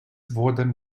wurden